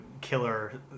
killer